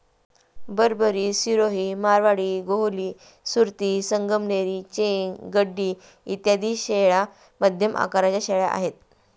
बरबरी, सिरोही, मारवाडी, गोहली, सुरती, संगमनेरी, चेंग, गड्डी इत्यादी शेळ्या मध्यम आकाराच्या शेळ्या आहेत